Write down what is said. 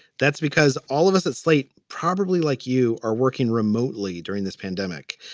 that's because all of us at slate, probably like you, are working remotely during this pandemic.